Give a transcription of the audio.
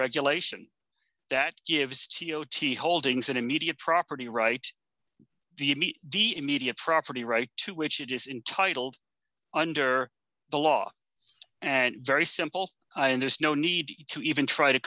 regulation that gives t o t holdings an immediate property right d d immediate property right to which it is intitled under the law and very simple and there's no need to even try to